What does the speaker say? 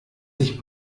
sich